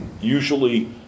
usually